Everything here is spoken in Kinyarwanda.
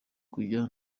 kujya